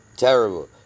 Terrible